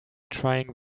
trying